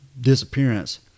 disappearance